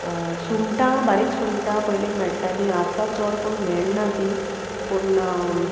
सुंगटां बारीक सुंगटां पयलीं मेळटाली आतां चोड कोण मेळना ती पूण